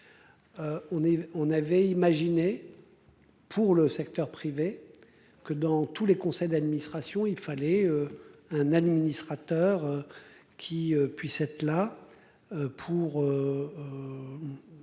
on avait imaginé. Pour le secteur privé. Que dans tous les conseils d'administration, il fallait. Un administrateur. Qui puisse être là. Pour.